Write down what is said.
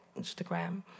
Instagram